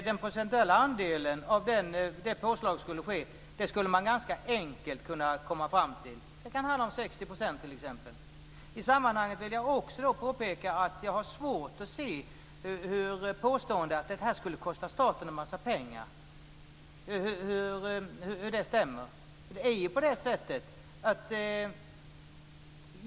Fru talman! Det är ju precis det som jag har sagt, att man ganska enkelt skulle kunna komma fram till den procentuella andelen. Det handlar om t.ex. 60 %. I det sammanhanget vill jag också påpeka att jag har svårt att se hur påståendet att detta skulle kosta staten en massa pengar kan stämma.